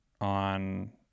on